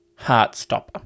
Heartstopper